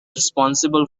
responsible